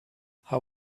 how